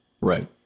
Right